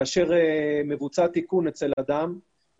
כאשר מבוצע תיקון אצל אדם,